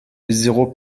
zéro